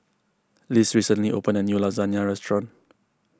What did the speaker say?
Liz recently opened a new Lasagne restaurant